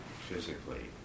physically